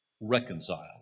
reconciled